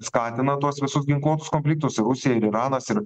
skatina tuos visus ginkluotus konfliktus ir rusija ir iranas ir